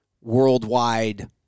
worldwide